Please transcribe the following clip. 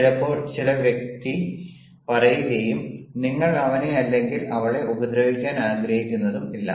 ചിലപ്പോൾ ചില വ്യക്തി പറയുകയും നിങ്ങൾ അവനെ അല്ലെങ്കിൽ അവളെ ഉപദ്രവിക്കാൻ ആഗ്രഹിക്കുന്നതും ഇല്ല